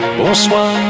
bonsoir